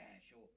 sure